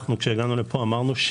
כשהגענו לפה אמרנו,